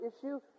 issue